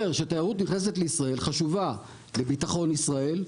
שתיירות נכנסת לישראל חשובה לביטחון ישראל,